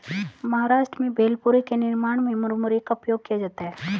महाराष्ट्र में भेलपुरी के निर्माण में मुरमुरे का उपयोग किया जाता है